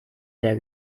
der